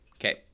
Okay